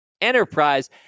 Enterprise